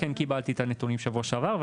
כן קיבלתי את הנתונים בשבוע שעבר.